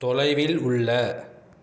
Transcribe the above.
தொலைவில் உள்ள